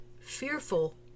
fearful